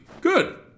Good